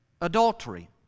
adultery